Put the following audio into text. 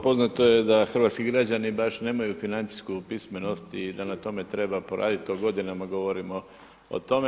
Poznato je da hrvatski građani baš nemaju financijsku pismenost i da na tome treba poraditi, to godinama govorimo o tome.